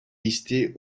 listée